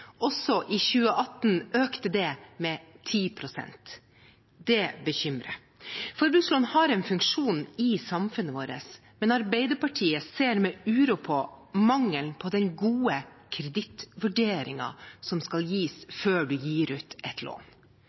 Også i 2018 økte det med 10 pst., og det bekymrer. Forbrukslån har en funksjon i samfunnet vårt, men Arbeiderpartiet ser med uro på mangelen på den gode kredittvurderingen som skal gis før en gir ut et lån